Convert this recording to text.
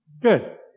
Good